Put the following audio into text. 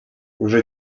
уже